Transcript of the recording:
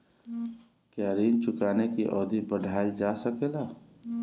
क्या ऋण चुकाने की अवधि बढ़ाईल जा सकेला?